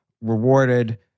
rewarded